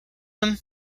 him